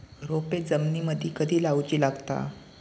रोपे जमिनीमदि कधी लाऊची लागता?